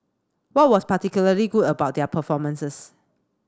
what was particularly good about their performances